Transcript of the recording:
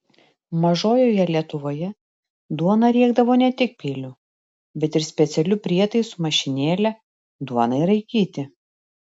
mažojoje lietuvoje duoną riekdavo ne tik peiliu bet ir specialiu prietaisu mašinėle duonai raikyti